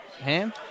ham